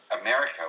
America